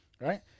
right